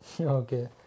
Okay